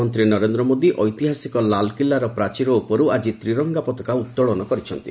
ପ୍ରଧାନମନ୍ତ୍ରୀ ନରେନ୍ଦ୍ର ମୋଦୀ ଐତିହାସିକ ଲାଲ୍କିଲ୍ଲାର ପ୍ରାଚୀର ଉପରୁ ଆକି ତ୍ରିରଙ୍ଗା ପତାକା ଉତ୍ତୋଳନ କରିଛନ୍ତି